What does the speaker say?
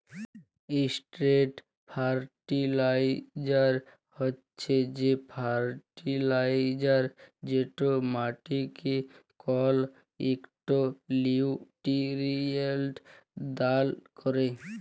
straight fertiliser হছে সে fertiliser যেট মাটিকে কল ইকট লিউটিরিয়েল্ট দাল ক্যরে